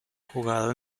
jugado